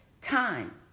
time